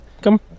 come